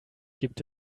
gibt